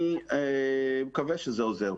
אני מקווה שעזרתי.